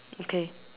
okay